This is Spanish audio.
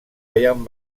ryan